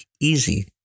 easy